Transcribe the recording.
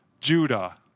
Judah